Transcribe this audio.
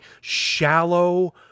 Shallow